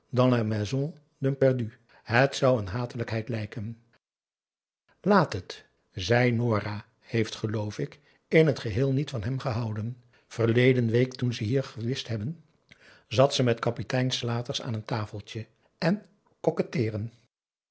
d'un pendu het zou een hatelijkheid lijken laat het zij nora heeft geloof ik in t geheel niet van hem gehouden verleden week toen ze hier gewhist hebben zat ze met kapitein slaters aan een tafeltje en